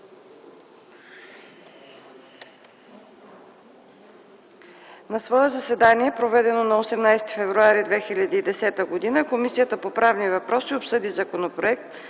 „На свое заседание, проведено на 18 февруари 2010 г., Комисията по правни въпроси обсъди Законопроект